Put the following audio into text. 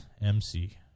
MC